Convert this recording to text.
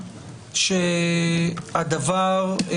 שהדבר מותנה,